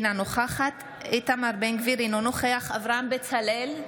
אינה נוכחת איתמר בן גביר, אינו נוכח אברהם בצלאל,